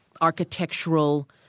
architectural